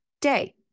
day